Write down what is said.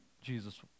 Jesus